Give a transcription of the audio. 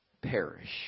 perish